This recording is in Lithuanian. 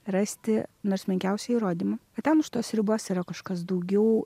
rasti nors menkiausią įrodymą kad ten už tos ribos yra kažkas daugiau